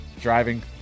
driving